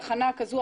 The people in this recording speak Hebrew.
תחנה כזו,